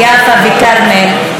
יאפא וכרמל,